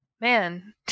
Man